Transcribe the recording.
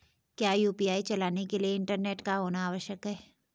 क्या यु.पी.आई चलाने के लिए इंटरनेट का होना आवश्यक है?